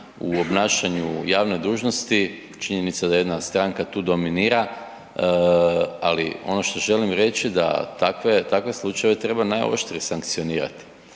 u obnašanju javne dužnosti. Činjenica da jedna stranka tu dominira, ali ono što želim reći da takve slučajeve treba najoštrije sankcionirati.